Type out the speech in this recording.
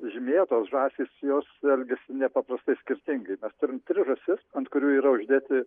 žymėtos žąsys jos elgiasi nepaprastai skirtingi mes turim tris žąsis ant kurių yra uždėti